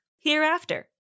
hereafter